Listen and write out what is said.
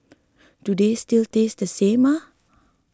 do they still taste the same ah